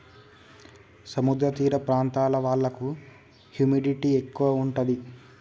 సముద్ర తీర ప్రాంతాల వాళ్లకు హ్యూమిడిటీ ఎక్కువ ఉంటది